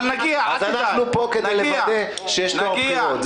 אז אנחנו פה כדי לוודא שיהיה טוהר בחירות.